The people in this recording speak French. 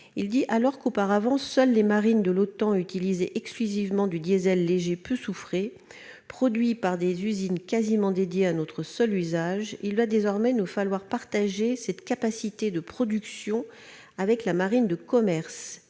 lui, « alors qu'auparavant, seules les marines de l'OTAN utilisaient exclusivement du diesel léger peu soufré, produit par des usines quasiment dédiées à notre seul usage, il va désormais nous falloir partager cette capacité de production avec la marine de commerce,